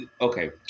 Okay